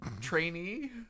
trainee